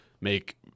make